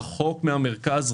רחוק מן המרכז,